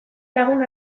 lagun